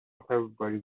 everybody